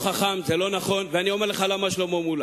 חכם, זה לא נכון, ואני אומר לך למה, שלמה מולה.